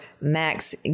Max